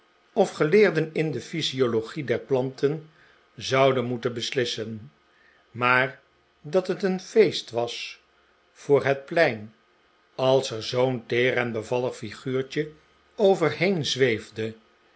of geleerden in de physiologie der planten zouden moeten beslissen maar dat het een feest was voor het plein als er zoo'n teer en bevallig figuurtje overheen zweefde